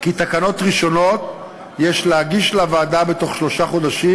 כי תקנות ראשונות יש להגיש לוועדה בתוך שלושה חודשים,